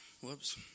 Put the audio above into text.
Whoops